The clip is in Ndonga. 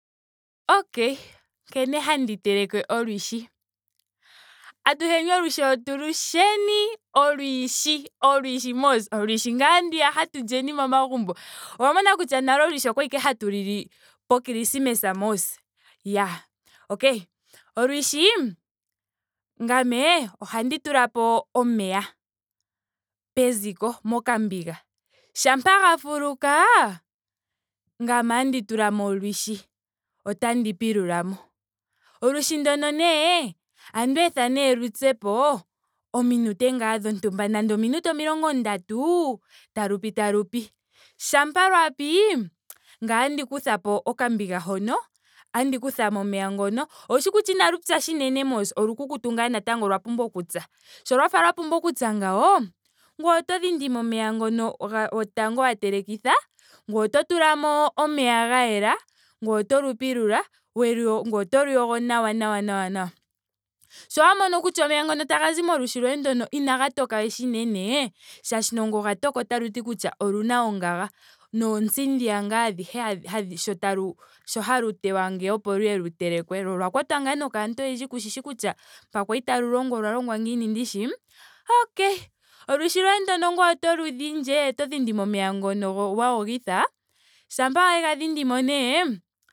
Okay nkene handi teleke olwishi. Atuheni olwishi otulu sheni. Olwishi olwishi mos. olwiishi ngaa ndiya hatu lyeni momagumbo. Owa mona kutya olwishi nale okwali ashike hatu lu li pokrismesa mos. iyaa! Okay! Olwiishi ngame ohandi tulapo omeya peziko mokambinga. Shampa ga fuluka. ngame otandi tulamo olwishi otandi pilullamo. Olwishi ndono nee ohandi etha nee lu pye po ominute ngaa dhontumba nenge ominute omilongo ndatu taku pi talupi. Shampa lwa piti. ngame otandi kuthapo okambiga hono. ngame otandi kuthamo omeya ngono. owu wete kutya inalu pya shinene mos. olukukutu ngaa natango olwa pumbwa pya. Sho lwa fa lwa pumbwa oku pya ngawo ngoye oto thindimo omeya ngono ga- gotango wa telekitha. ngoye oto tulamo omeya ga yela. ngoye otolu pilula. welu yoga ngoye otolu yogo nawa nawa nawa. Shama wa mono kutya omeya ngono tagazi momeya goye ngono tagazi molwishi inaga toka we unene. molwaashoka ngele oga toka otashiti oluna oongaga nootsi dhiya ngaa adhihe hadhi sho talu sho halu teywa ngeya opo luye lu telekwe. lo olwa kwatwa ngaa nokaantu oyendji kushishi kutya mpa kwali talu longwa olwa longwa ngiini ndishi. Okay! Olwishi loye ndono ngoye otolu dhindi. to dhindimo omeya ngono go- wa yogitha. shampa wega dhindimo nee